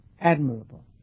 Admirable